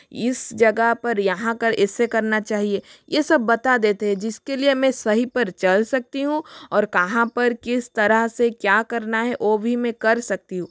इस जगह पर यहाँ कर ऐसे करना चाहिए ये सब बता देते हैं जिसके लिए मैं सही पर चल सकती हूँ और कहाँ पर किस तरह से क्या करना है ओ भी मैं कर सकती हूँ